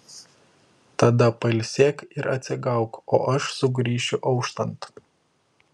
tada pailsėk ir atsigauk o aš sugrįšiu auštant